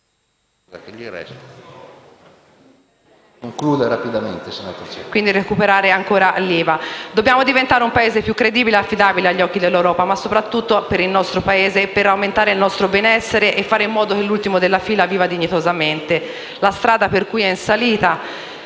la senatrice Guerra. Dobbiamo, quindi, diventare un Paese più credibile e affidabile agli occhi dell'Europa, ma soprattutto per il nostro Paese, per aumentare il nostro benessere e fare in modo che l'ultimo della fila viva dignitosamente; la strada è pertanto in salita.